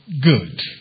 good